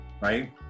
right